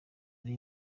ari